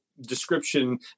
description